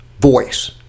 voice